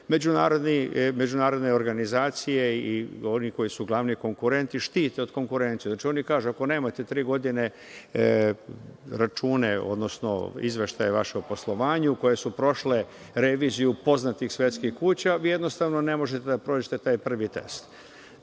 međunarodne organizacije i oni koji su glavni konkurenti štite od konkurencije. Znači, oni kažu – ako nemate tri godine račune, odnosno izveštaje o vašem poslovanju, koje su prošle reviziju poznatih svetskih kuća, vi jednostavno ne možete da prođete taj prvi test.